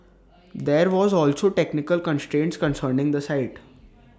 there were also technical constraints concerning the site